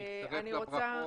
אני מצטרף לברכות.